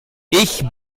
ich